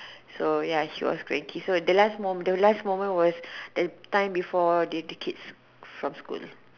so ya she was cranky the last moment the last moment was the time before the kids from school